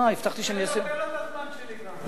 אה, הבטחתי שאני אסיים, תן לו את הזמן שלי גם.